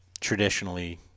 traditionally